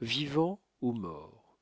vivant ou mort